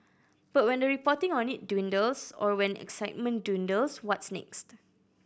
but when the reporting on it dwindles or when excitement dwindles what's next